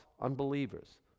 Unbelievers